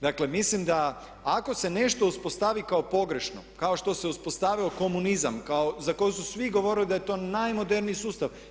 Dakle mislim da ako se nešto uspostavi kao pogrešno, kao što se uspostavio komunizam za koji su svi govorili da je to najmoderniji sustav.